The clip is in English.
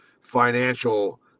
financial